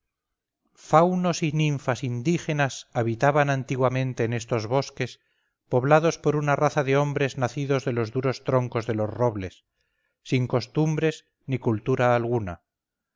dijo faunos y ninfas indígenas habitaban antiguamente en estos bosques poblados por una raza de hombres nacidos de los duros troncos de los robles sin costumbres ni cultura alguna